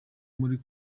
muri